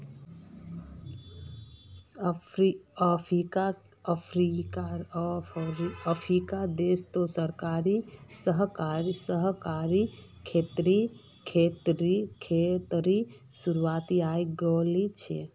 अफ्रीकी देश तो सहकारी खेतीर शुरुआत हइ गेल छ